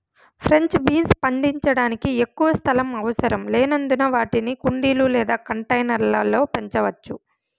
French beans పండించడానికి ఎక్కువ స్థలం అవసరం లేనందున వాటిని కుండీలు లేదా కంటైనర్ల లో పెంచవచ్చు